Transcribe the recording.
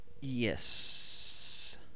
Yes